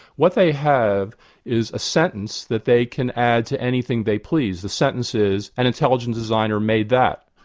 what they have is a sentence that they can add to anything they please. the sentence is, an intelligent designer made that,